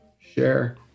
Share